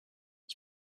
ich